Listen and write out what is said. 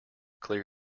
clear